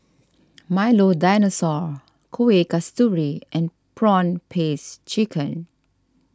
Milo Dinosaur Kueh Kasturi and Prawn Paste Chicken